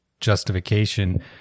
justification